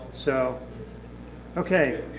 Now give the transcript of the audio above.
so okay.